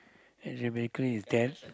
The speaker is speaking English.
as you may clear it's that